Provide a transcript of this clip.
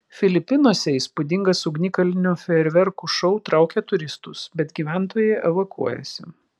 filipinuose įspūdingas ugnikalnio fejerverkų šou traukia turistus bet gyventojai evakuojasi